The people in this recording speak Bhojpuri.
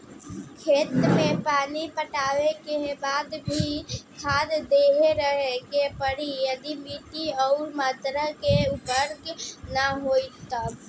खेत मे पानी पटैला के बाद भी खाद देते रहे के पड़ी यदि माटी ओ मात्रा मे उर्वरक ना होई तब?